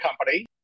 company